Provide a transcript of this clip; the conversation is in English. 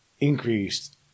increased